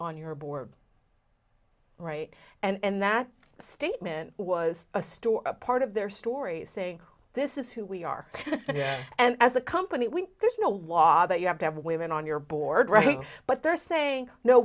on your board right and that statement was a store a part of their story saying this is who we are and as a company we there's no law that you have to have women on your board right but they're saying no